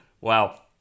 Wow